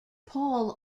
paul